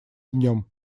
днем